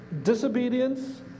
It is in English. disobedience